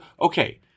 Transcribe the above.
Okay